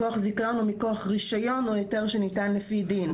מכוח זיקה או מכוח רישיון או היתר שניתן לפי דין.